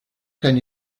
can